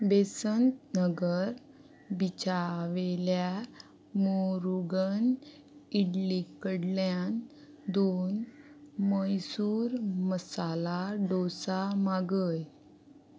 बेसंत नगर बिचावेल्या मौरुगन इडली कडल्यान दोन मैसूर मसाला डोसा मागय